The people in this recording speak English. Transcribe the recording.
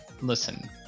listen